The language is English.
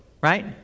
right